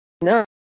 No